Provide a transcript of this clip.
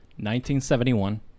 1971